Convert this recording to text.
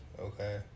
Okay